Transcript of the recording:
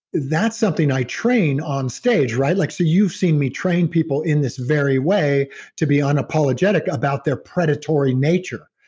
that's something i train on stage, right? like so you've seen me train people in this very way to be unapologetic about their predatory nature.